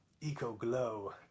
Eco-Glow